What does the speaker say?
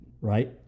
right